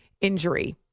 injury